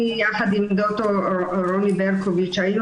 אני יחד עם ד"ר רוני ברקוביץ היינו